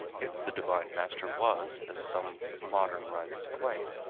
if the divine master was, as some modern writers claim,